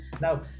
Now